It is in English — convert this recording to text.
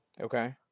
Okay